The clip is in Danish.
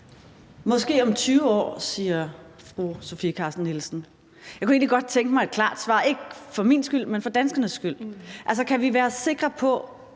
Måske om 20 år, siger fru Sofie Carsten Nielsen. Jeg kunne egentlig godt tænke mig et klart svar – ikke for min egen skyld, men for danskernes skyld. Altså, kan vi være sikre på